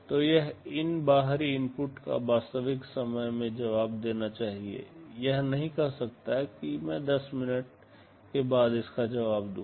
तो यह इन बाहरी इनपुट का वास्तविक समय में जवाब देना चाहिए यह नहीं कह सकता कि मैं 10 मिनट के बाद इसका जवाब दूंगा